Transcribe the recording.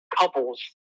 couples